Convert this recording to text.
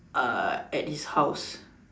uh at his house